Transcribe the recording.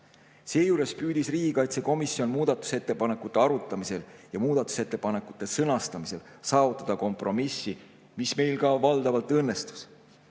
Seejuures püüdis riigikaitsekomisjon muudatusettepanekute arutamisel ja muudatusettepanekute sõnastamisel saavutada kompromissi, mis meil valdavalt ka õnnestus.